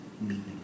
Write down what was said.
meaning